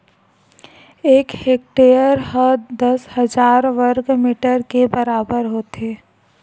एक हेक्टेअर हा दस हजार वर्ग मीटर के बराबर होथे